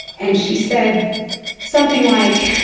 and she said something like